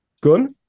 good